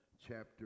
chapter